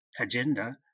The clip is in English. agenda